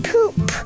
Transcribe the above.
Poop